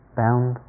bound